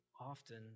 often